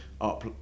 up